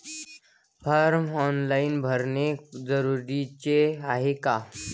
Form online भरने जरुरीचे हाय का?